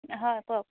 হয় কওক